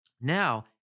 Now